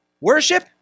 worship